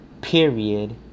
period